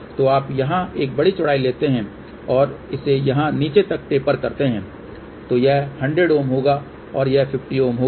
तो आप यहां एक बड़ी चौड़ाई लेते हैं और इसे यहाँ नीचे तक टेंपर करते हैं तो यह 100 होगा और यह 50 होगा